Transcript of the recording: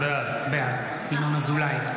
בעד ינון אזולאי,